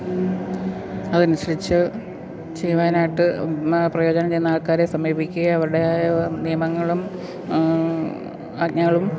അതനുസരിച്ച് ചെയ്യുവാനായിട്ട് പ്രയോജനം ചെയ്യുന്ന ആൾക്കാരെ സമീപിക്കുകയും അവരുടെ നിയമങ്ങളും ആജ്ഞകളും